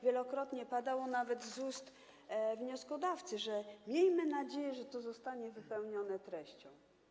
Wielokrotnie padało nawet z ust wnioskodawcy: miejmy nadzieję, że to zostanie wypełnione treścią.